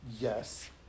yes